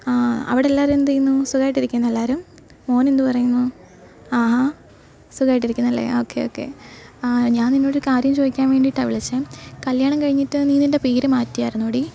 ആ അവിടെ എല്ലാവരും എന്തെയ്യുന്നു സുഖമായിട്ടിരിക്കുന്നോ എല്ലാവരും മോനെന്തു പറയുന്നു ആഹാ സുഖമായിട്ടിരിക്കുന്നല്ലേ ഒക്കെ ഒക്കെ ഞാൻ നിന്നോട് ഒരു കാര്യം ചോദിക്കാൻ വേണ്ടിട്ടാണ് വിളിച്ചത് കല്യാണം കഴിഞ്ഞിട്ട് നീ നിൻ്റെ പേര് മാറ്റിയായിരുന്നോടീ